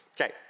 Okay